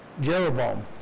Jeroboam